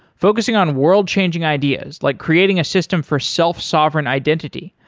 focusing on world-changing ideas like creating a system for self-sovereign identity,